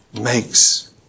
makes